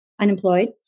unemployed